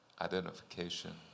Identification